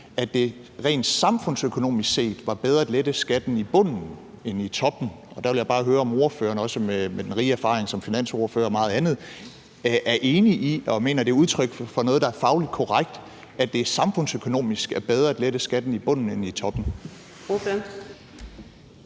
at det rent samfundsøkonomisk set var bedre at lette skatten i bunden end i toppen. Og der vil jeg bare høre, om ordføreren, også med den rige erfaring som finansordfører og meget andet, er enig i og mener, det er udtryk for noget, der er fagligt korrekt, at det samfundsøkonomisk er bedre at lette skatten i bunden end i toppen.